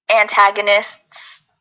antagonists